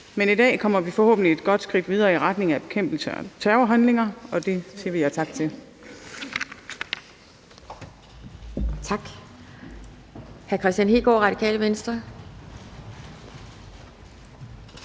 Men i dag kommer vi forhåbentlig et godt skridt videre i retning af bekæmpelse af terrorhandlinger, og det siger vi ja tak til.